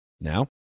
Now